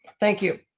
thank you.